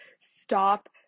stop